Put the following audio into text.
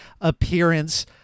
appearance